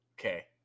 Okay